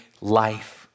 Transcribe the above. life